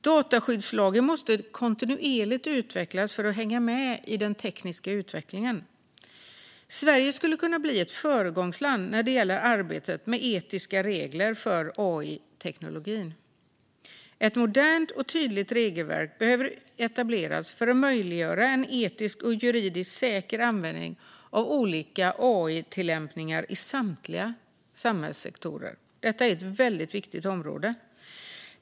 Dataskyddslagen måste kontinuerligt utvecklas för att hänga med i den tekniska utvecklingen. Sverige skulle kunna bli ett föregångsland när det gäller arbetet med etiska regler för AI-teknologin. Ett modernt och tydligt regelverk behöver etableras för att möjliggöra en etiskt och juridiskt säker användning av olika AI-tillämpningar i samtliga samhällssektorer. Detta är ett väldigt viktigt område.